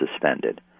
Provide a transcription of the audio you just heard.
suspended